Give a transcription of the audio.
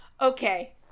okay